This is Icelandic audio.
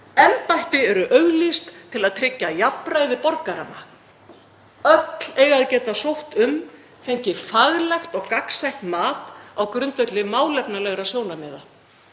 Embætti eru auglýst til að tryggja jafnræði borgaranna. Öll eiga að geta sótt um, fengið faglegt og gagnsætt mat á grundvelli málefnalegra sjónarmiða.